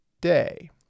day